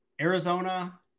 Arizona